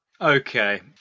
Okay